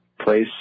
place